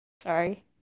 sorry